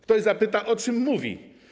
Ktoś zapyta, o czym mówię.